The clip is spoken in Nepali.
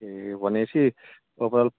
ए भने पछि लगभग